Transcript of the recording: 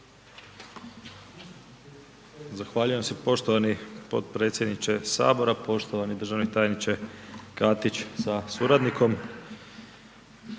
Zahvaljujem se. Poštovani potpredsjedniče Sabora, poštovani državni tajniče Katić sa suradnikom,